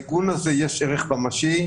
לעיגון הזה יש ערך ממשי,